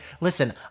listen